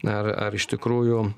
ar ar iš tikrųjų